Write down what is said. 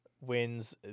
wins